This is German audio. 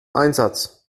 einsatz